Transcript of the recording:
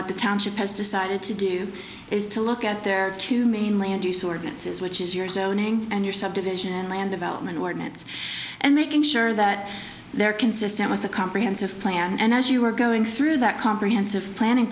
what the township has decided to do is to look at their two main land use ordinances which is your zoning and your subdivision and land development ordinance and making sure that they're consistent with a comprehensive plan and as you were going through that comprehensive planning